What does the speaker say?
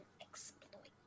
exploit